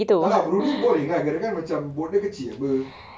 tak lah bruny boring lah kirakan macam boat dia kecil apa